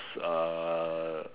uh